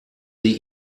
sie